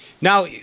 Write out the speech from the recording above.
Now